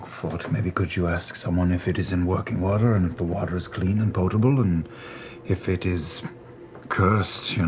fjord, maybe could you ask someone if it is in working order and if the water is clean and potable. and if it is cursed,